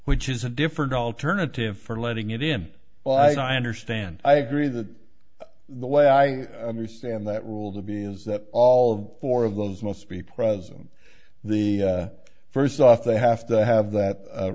which is a different alternative for letting it in well i understand i agree that the way i understand that rule to be is that all four of those must be present the first off they have to have that